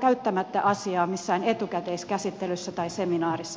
käyttämättä asiaa missään etukäteiskäsittelyssä tai seminaarissa perustuslakivaliokunnassa